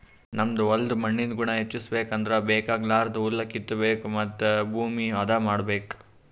ನಮ್ ಹೋಲ್ದ್ ಮಣ್ಣಿಂದ್ ಗುಣ ಹೆಚಸ್ಬೇಕ್ ಅಂದ್ರ ಬೇಕಾಗಲಾರ್ದ್ ಹುಲ್ಲ ಕಿತ್ತಬೇಕ್ ಮತ್ತ್ ಭೂಮಿ ಹದ ಮಾಡ್ಬೇಕ್